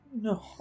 No